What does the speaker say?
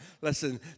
Listen